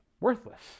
worthless